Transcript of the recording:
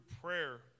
prayer